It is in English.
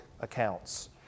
accounts